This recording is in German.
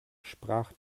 sprach